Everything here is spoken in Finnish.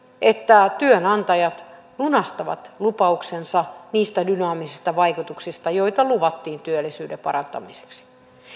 että työnantajat lunastavat lupauksensa niistä dynaamisista vaikutuksista joita luvattiin työllisyyden parantamiseksi